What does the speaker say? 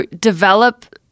develop